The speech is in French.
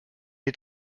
est